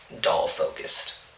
doll-focused